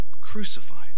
crucified